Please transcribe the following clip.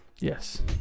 Yes